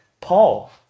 Paul